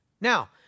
Now